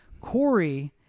Corey